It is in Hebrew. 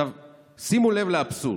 שימו לב לאבסורד: